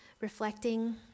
reflecting